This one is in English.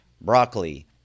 broccoli